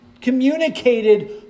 communicated